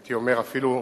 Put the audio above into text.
הייתי אומר אפילו,